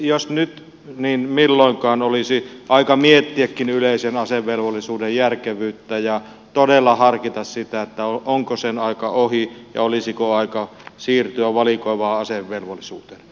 siksi nyt jos milloinkaan olisi aika miettiäkin yleisen asevelvollisuuden järkevyyttä ja todella harkita sitä onko sen aika ohi ja olisiko aika siirtyä valikoivaan asevelvollisuuteen